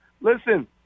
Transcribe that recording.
Listen